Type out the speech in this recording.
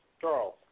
Charles